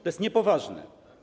To jest niepoważne.